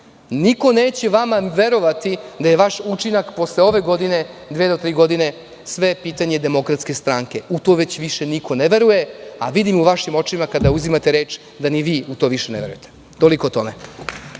Niko neće vama verovati da je vaš učinak posle ove godine, dve do tri godine, sve je pitanje DS, u to već niko više i ne veruje, a vidim u vašim očima kada uzimate reč da i vi više u to ne verujete. Toliko o tome.